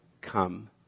come